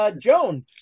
Joan